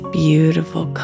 beautiful